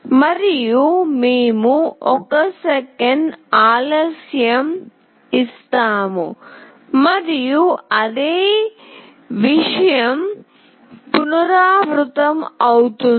మరియు మేము 1 సెకను ఆలస్యం ఇస్తాము మరియు అదే విషయం పునరావృతమవుతుంది